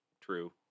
true